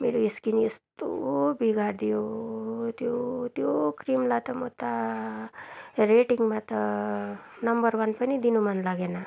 मेरो स्किन यस्तो बिगारिदियो त्यो त्यो क्रिमलाई त म त रेटिङमा त नम्बर वान पनि दिनु मन लागेन